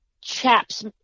chaps